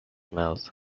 mouth